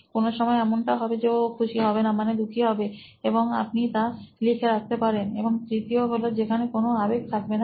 কোনো সময় এমনটাও হবে যে ও খুশি হবে না মানে দুঃখী হবে এবং আপনি তা লিখে রাখতে পারেন এবং তৃ তীয় হলো যেখানে কোনো আবেগ থাকবে না